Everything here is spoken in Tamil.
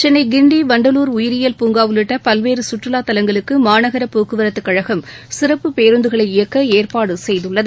சென்னைகின்டி வண்டலூர் உயிரியல் பூங்காஉள்ளிட்டபல்வேறுகற்றுவாதலங்களுக்குமாநகரபோக்குவரத்துக் கழகம் சிறப்பு பேருந்துகளை இயக்கஏற்பாடுசெய்துள்ளது